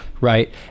Right